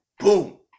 boom